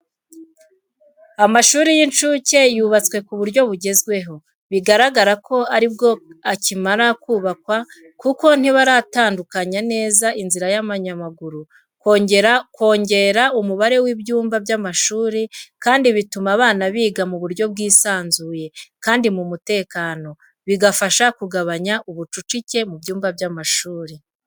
Amashuri y'incuke yubatswe ku buryo bugezweho, bigaragara ko ari bwo akimara kubakwa kuko ntibaratunganya neza inzira z'abanyamaguru. Kongera umubare w'ibyumba by'amashuri kandi bituma abana biga mu buryo bwisanzuye kandi mu mutekano, bigafasha kugabanya ubucucike mu byumba by’amashuri.